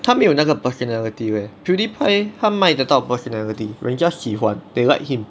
他没有那个 personality leh pewdiepie 他卖得到 personality 人家喜欢 they like him